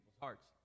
hearts